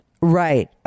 Right